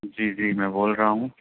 جی جی میں بول رہا ہوں